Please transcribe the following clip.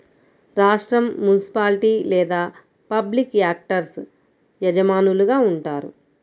రాష్ట్రం, మునిసిపాలిటీ లేదా public actors యజమానులుగా ఉంటారు